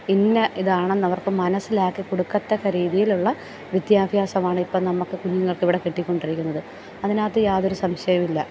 ഇന്ന ഇതാണെന്ന് അവർക്ക് മനസ്സിലാക്കി കൊടുക്കതക്ക രീതിയിലുള്ള വിദ്യാഭ്യാസമാണ് ഇപ്പോൾ നമുക്ക് കുഞ്ഞുങ്ങൾക്ക് ഇവിടെ കിട്ടി കൊണ്ടിരിക്കുന്നത് അതിനകത്ത് യാതൊരു സംശയവുമില്ല